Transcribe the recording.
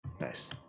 Nice